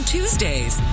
Tuesdays